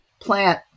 plant